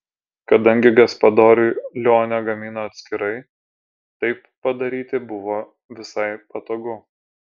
kadangi gaspadoriui lionė gamino atskirai taip padaryti buvo visai patogu